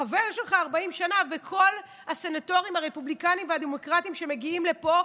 החבר שלך 40 שנה וכל הסנאטורים הרפובליקנים והדמוקרטים שמגיעים לפה,